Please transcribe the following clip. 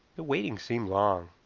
the waiting seemed long.